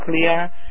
clear